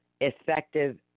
effective